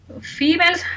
Females